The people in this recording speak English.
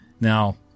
Now